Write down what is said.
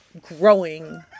growing